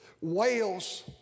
Wales